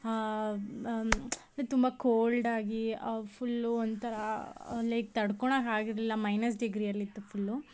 ತುಂಬ ಕೋಲ್ಡ್ ಆಗಿ ಫುಲ್ಲು ಒಂಥರ ಲೈಕ್ ತಡ್ಕೊಳೋ ಹಾಗಿರಲಿಲ್ಲ ಮೈನಸ್ ಡಿಗ್ರಿಯಲ್ಲಿತ್ತು ಫುಲ್ಲು